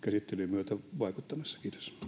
myötä vaikuttamassa